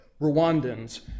Rwandans